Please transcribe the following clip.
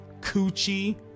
coochie